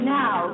now